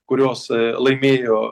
kurios laimėjo